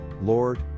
Lord